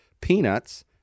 Peanuts